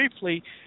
briefly